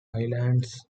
highlands